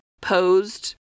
posed